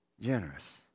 generous